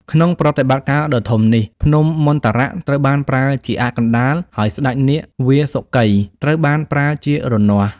ក្នុងប្រតិបត្តិការដ៏ធំនេះ ភ្នំមន្ទរៈ ត្រូវបានប្រើជាអ័ក្សកណ្ដាល ហើយ ស្ដេចនាគវាសុកី ត្រូវបានប្រើជារនាស់។